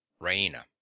raina